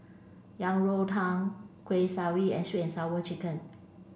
Yang Rou Tang Kuih Kaswi and sweet and sour chicken